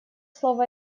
слово